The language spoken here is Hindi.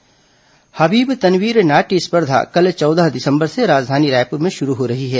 नाट्य स्पर्धा हबीब तनवीर नाट्य स्पर्धा कल चौदह दिसंबर से राजधानी रायपुर में शुरू हो रही है